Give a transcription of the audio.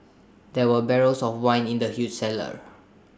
there were barrels of wine in the huge cellar